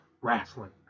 Wrestling